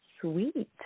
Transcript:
sweet